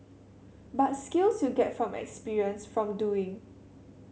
but skills you get from experience from doing